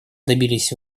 добились